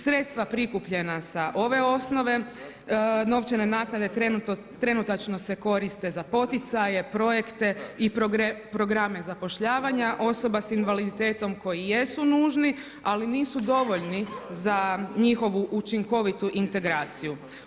Sredstva prikupljena sa ove osnove novčane naknade trenutačno se koriste za poticaje, projekte i programe zapošljavanja osoba s invaliditetom koji jesu nužni, ali nisu dovoljni za njihovu učinkovitu integraciju.